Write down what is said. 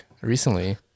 recently